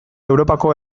europako